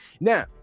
Now